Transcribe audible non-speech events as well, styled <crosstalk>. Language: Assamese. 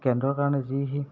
কেন্দ্ৰৰ কাৰণে যি <unintelligible>